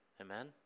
Amen